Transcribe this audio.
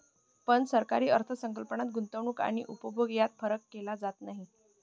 पण सरकारी अर्थ संकल्पात गुंतवणूक आणि उपभोग यात फरक केला जात नाही